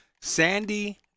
Sandy